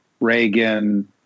Reagan